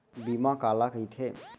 बीमा काला कइथे?